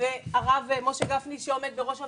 ושל הרב משה גפני שעומד בראש הוועדה.